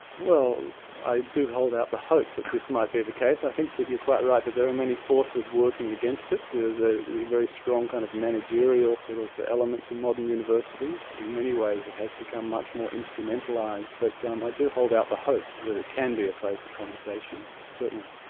well, i do hold out the hope that this might be the case. i think that you're quite right that there are many forces working against it, there is ah a very strong kind of managerial sort of element to modern universities. in many ways it has become much more instrumentalised, but um i do hold out the hope that it can be a place of conversation, certainly.